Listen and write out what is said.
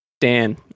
Dan